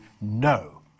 no